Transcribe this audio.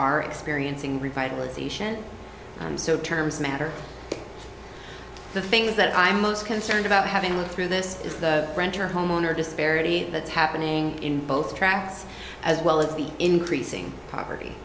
are experiencing revitalization so terms matter the things that i'm most concerned about having lived through this is the renter homeowner disparity that's happening in both tracts as well as the in anything poverty